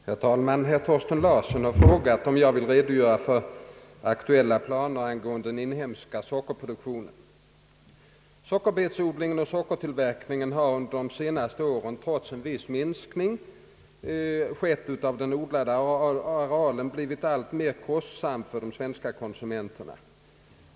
Herr talman! Herr Thorsten Larsson har frågat om jag vill redogöra för aktuella planer angående den inhemska svenska sockerproduktionen. Sockerbetsodlingen och =<sockertillverkningen har under de senaste åren trots att en viss minskning skett av den odlade arealen blivit alltmer kostsam för de svenska konsumenterna.